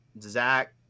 zach